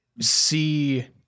see